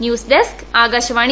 news desk Akashvani